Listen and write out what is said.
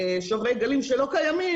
שוברי גלים שלא קיימים,